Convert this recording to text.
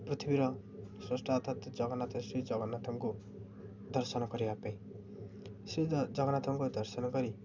ପୃଥିବୀର ଶ୍ରେଷ୍ଠ ଅର୍ଥାତ ଜଗନ୍ନାଥ ଶ୍ରୀ ଜଗନ୍ନାଥଙ୍କୁ ଦର୍ଶନ କରିବା ପାଇଁ ଶ୍ରୀ ଜଗନ୍ନାଥଙ୍କୁ ଦର୍ଶନ କରି